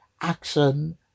action